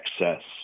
excess